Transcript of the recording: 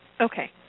Okay